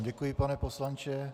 Děkuji vám, pane poslanče.